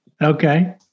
okay